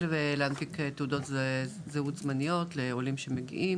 ולהנפיק תעודות זהות זמניות לעולים שמגיעים,